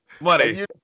Money